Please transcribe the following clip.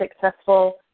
successful